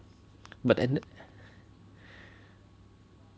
but then